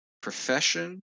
profession